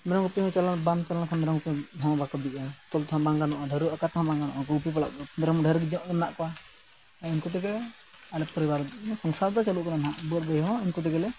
ᱢᱮᱨᱚᱢ ᱜᱩᱯᱤ ᱦᱚᱸ ᱪᱟᱞᱟᱣ ᱵᱟᱢ ᱪᱟᱞᱟᱣ ᱞᱮᱱᱠᱷᱟᱱ ᱢᱮᱨᱚᱢ ᱜᱩᱯᱤ ᱦᱚᱸ ᱵᱟᱠᱚ ᱵᱤᱜᱼᱟ ᱛᱚᱞ ᱛᱮᱦᱚᱸ ᱵᱟᱝ ᱜᱟᱱᱚᱜᱼᱟ ᱰᱷᱟᱹᱨᱣᱟᱹ ᱟᱠᱟ ᱛᱮᱦᱚᱸ ᱵᱟᱝ ᱜᱟᱱᱚᱜᱼᱟ ᱜᱩᱯᱤ ᱯᱟᱲᱟᱜᱼᱟ ᱢᱮᱨᱚᱢ ᱰᱷᱮᱨ ᱧᱚᱜ ᱢᱮᱱᱟᱜ ᱠᱚᱣᱟ ᱩᱱᱠᱩ ᱛᱮᱜᱮ ᱟᱞᱮ ᱯᱚᱨᱤᱵᱟᱨ ᱥᱚᱝᱥᱟᱨ ᱫᱚ ᱪᱟᱹᱞᱩᱜ ᱠᱟᱱᱟ ᱱᱟᱦᱟᱸᱜ ᱵᱟᱹᱫ ᱵᱟᱹᱭᱦᱟᱹᱲ ᱦᱚᱸ ᱩᱱᱠᱩ ᱛᱮᱜᱮᱞᱮ